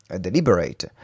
deliberate